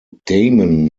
damon